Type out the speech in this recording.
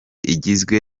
igizwe